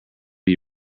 you